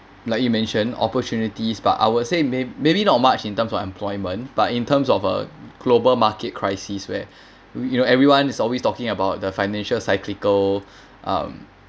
like you mentioned opportunities but I will say may maybe not much in terms of employment but in terms of a global market crisis where you know everyone is always talking about the financial cyclical um